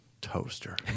toaster